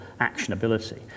actionability